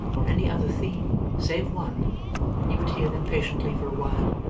or any other theme save one he would hear them patiently for awhile,